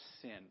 sin